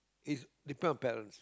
is depend on parents